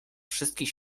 wszystkich